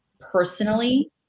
personally